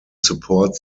support